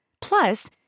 Plus